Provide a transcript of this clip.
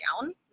down